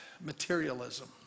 materialism